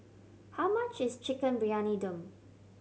how much is Chicken Briyani Dum